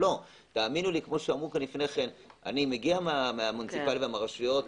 לא - אני מגיע מהרשויות.